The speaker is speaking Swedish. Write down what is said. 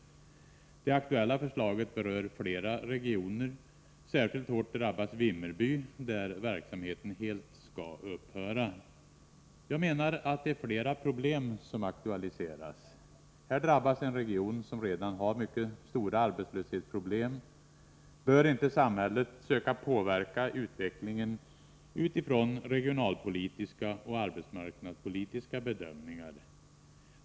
Det aktuella förslaget berör flera regioner. Särskilt hårt drabbas Vimmerby, där verksamheten helt skall upphöra. Jag menar att det är flera problem som aktualiseras. Här drabbas en region som redan har mycket stora arbetslöshetsproblem. Bör inte samhället söka påverka utvecklingen utifrån regionalpolitiska och arbetsmarknadspolitiska bedömningar?